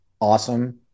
awesome